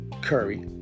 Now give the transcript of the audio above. Curry